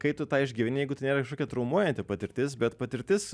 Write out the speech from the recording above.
kai tu tą išgyveni jeigu tai nėra kažkokia traumuojanti patirtis bet patirtis